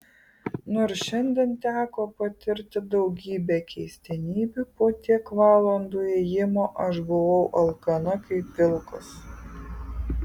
nors šiandien teko patirti daugybę keistenybių po tiek valandų ėjimo aš buvau alkana kaip vilkas